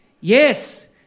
Yes